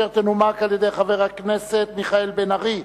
אשר תנומק על-ידי חבר הכנסת מיכאל בן-ארי,